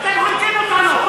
אתם חונקים אותנו.